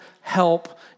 help